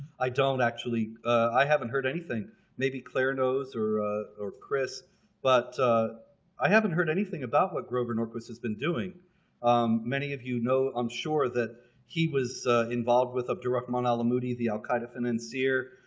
i don't actually i haven't heard anything maybe clare knows or or chris but i haven't heard anything about what grover norquist has been doing um many of you know i'm sure that he was involved with abdul rahman alamoudi, the al qaeda financier.